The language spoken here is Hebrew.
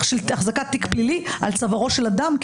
של החזקת תיק פלילי על צווארו של אדם,